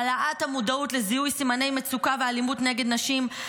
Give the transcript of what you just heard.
העלאת המודעות לזיהוי סימני מצוקה ואלימות נגד נשים,